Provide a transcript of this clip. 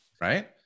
Right